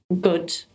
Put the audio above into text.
good